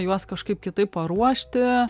juos kažkaip kitaip paruošti